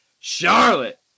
Charlotte